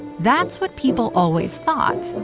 that's what people always thought.